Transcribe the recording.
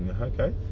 okay